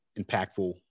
impactful